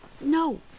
No